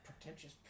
pretentious